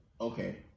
okay